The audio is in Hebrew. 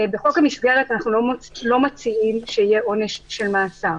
בחוק המסגרת אנחנו לא מציעים שיהיה עונש של מאסר.